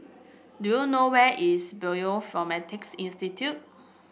do you know where is Bioinformatics Institute